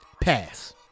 Pass